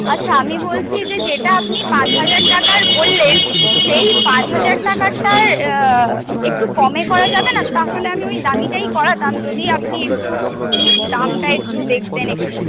আচ্ছা আমি বলছি যে যেটা আপনি পাঁচ হাজার টাকার বললেন সেই পাঁচ হাজার টাকারটা একটু কমে করা যাবে না তাহলে আমি ওই দামিটাই করাতাম যদি আপনি একটু দামটা একটু দেখতেন একটু